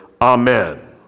Amen